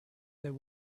there